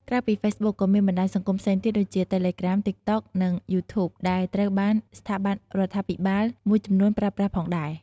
ក្រៅពី Facebook ក៏មានបណ្ដាញសង្គមផ្សេងទៀតដូចជា Telegram, TikTok និង YouTube ដែលត្រូវបានស្ថាប័នរដ្ឋាភិបាលមួយចំនួនប្រើប្រាស់ផងដែរ។។